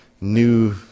new